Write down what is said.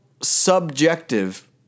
subjective